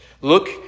Look